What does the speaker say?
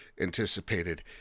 anticipated